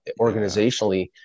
organizationally